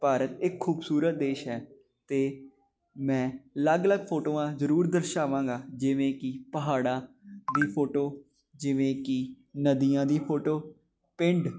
ਭਾਰਤ ਇੱਕ ਖੂਬਸੂਰਤ ਦੇਸ਼ ਹੈ ਅਤੇ ਮੈਂ ਅਲੱਗ ਅਲੱਗ ਫੋਟੋਆਂ ਜ਼ਰੂਰ ਦਰਸ਼ਾਵਾਂਗਾ ਜਿਵੇਂ ਕਿ ਪਹਾੜਾਂ ਦੀ ਫੋਟੋ ਜਿਵੇਂ ਕਿ ਨਦੀਆਂ ਦੀ ਫੋਟੋ ਪਿੰਡ